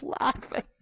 laughing